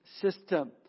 system